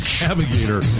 Navigator